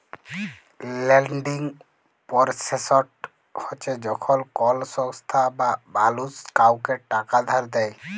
lending process হছে যখল কল সংস্থা বা মালুস কাউকে টাকা ধার দেঁই